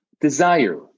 Desire